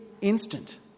instant